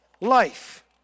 life